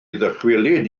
ddychwelyd